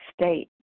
state